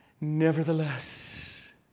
Nevertheless